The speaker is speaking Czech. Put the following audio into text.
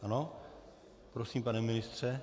Ano, prosím, pane ministře.